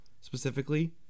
specifically